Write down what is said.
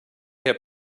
have